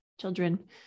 children